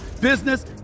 business